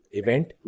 event